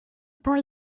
boy